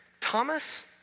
Thomas